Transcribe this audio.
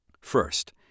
First